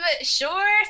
Sure